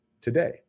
today